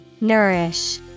Nourish